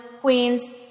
Queens